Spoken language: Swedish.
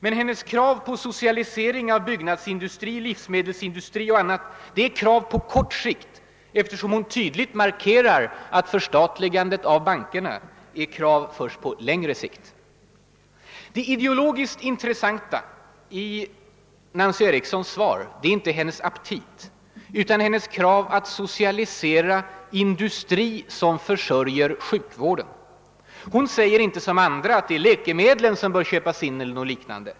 Men hennes krav på socialisering av byggnadsindustrin, livsmedelsindustrin och annat är krav på kort sikt, eftersom hon tydligt markerar att bankerna skall förstatligas först »på längre sikt». Det ideologiskt intressanta i Nancy Erikssons svar är inte hennes aptit utan hennes krav att socialisera »industri som försörjer sjukvården». Hon säger inte som andra att det är »läkemedlen» som bör köpas in eller något liknande.